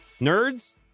nerds